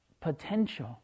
potential